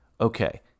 okay